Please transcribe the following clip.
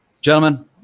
gentlemen